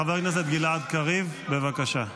חבר הכנסת גלעד קריב, בבקשה.